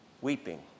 weeping